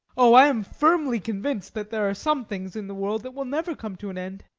oh, i am firmly convinced that there are some things in the world that will never come to an end.